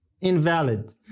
invalid